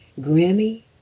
Grammy